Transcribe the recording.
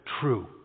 true